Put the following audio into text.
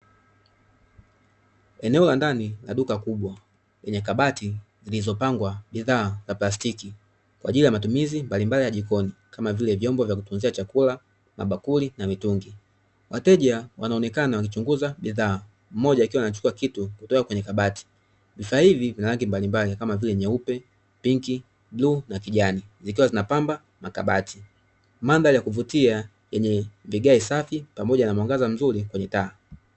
Eneo la ndani la duka kubwa lenye kabati zilizopangwa bidhaa za plastiki kwa ajili ya matumizi mbali mbali ya jikoni kama vile vyombo vya kutunzia chakula, bakuli na mitungi. Wateja wanaonekana wakichunguza bidhaa mmoja akiwa anachukua kitu kutoka kwenye kabati bidhaa hivi vina rangi mbali mbali kama vile nyeupe, pink, bluu na kijani zikiwa zina pamba makabati. Mandhari ya kuvutia yenye vigae safi pamoja na mwangaza mzuri kwenye taa.